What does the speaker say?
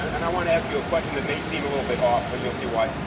and i want to ask you a question that may seem a little bit off, but you'll see why.